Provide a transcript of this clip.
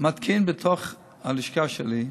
מתקינים בתוך הלשכה שלי,